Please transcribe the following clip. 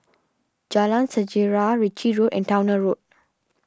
Jalan Sejarah Ritchie Road and Towner Road